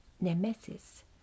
Nemesis